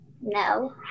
No